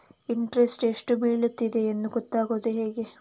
Interest ಎಷ್ಟು ಬೀಳ್ತದೆಯೆಂದು ಗೊತ್ತಾಗೂದು ಹೇಗೆ?